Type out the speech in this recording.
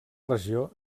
regió